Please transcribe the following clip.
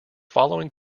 following